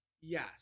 Yes